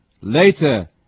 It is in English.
later